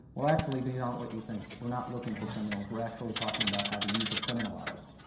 well actually, these aren't what you think, we're not looking for criminals, we're actually talking about how the youth are criminalized,